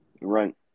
right